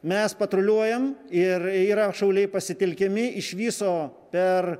mes patruliuojam ir yra šauliai pasitelkiami iš viso per